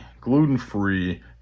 gluten-free